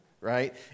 right